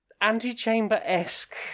anti-chamber-esque